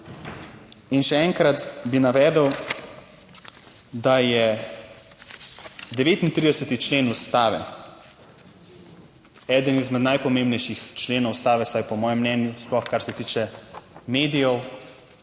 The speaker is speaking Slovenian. In še enkrat bi navedel, da je 39. člen Ustave eden izmed najpomembnejših členov ustave - vsaj po mojem mnenju, sploh kar se tiče medijev